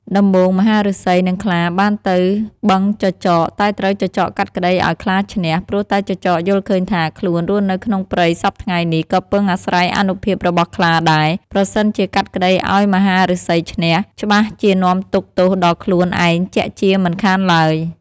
ដំបូង មហាឫសី និងខ្លាបានទៅប្តឹងចចក តែត្រូវចចកកាត់ក្តីឱ្យខ្លាឈ្នះ ព្រោះតែចចកយល់ឃើញថា ខ្លួន រស់នៅក្នុងព្រៃសព្វថ្ងៃនេះ ក៏ពឹងអាស្រ័យអានុភាពរបស់ខ្លាដែរ ប្រសិនជាកាត់ក្តីឱ្យមហាឫសីឈ្នះ ច្បាស់ជានាំទុក្ខទោសដល់ខ្លួនឯងជាក់ជាមិនខានឡើយ។